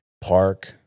Park